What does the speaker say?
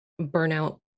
burnout